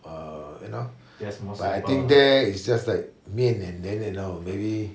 err you know but I think there is just like 面 and then you know then maybe